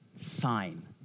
sign